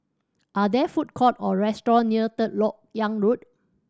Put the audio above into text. are there food court or restaurant near Third Lok Yang Road